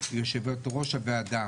יו"ר הוועדה,